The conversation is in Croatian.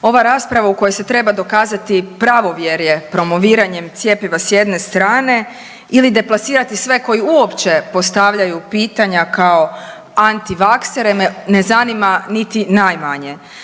Ova rasprava u kojoj se treba dokazati pravovjerje promoviranjem cjepiva s jedne strane ili deplasirati sve koji uopće postavljaju pitanja kao antivaksere me ne zanima niti najmanje.